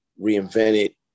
reinvented